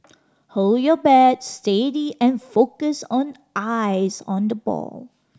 hold your bat steady and focus on eyes on the ball